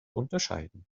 unterscheiden